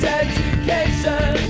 education